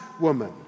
woman